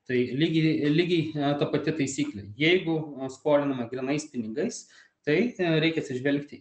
tai lygiai lygiai ta pati taisyklė jeigu skolinama grynais pinigais tai reikia atsižvelgti